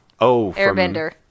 Airbender